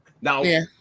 Now